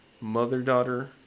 mother-daughter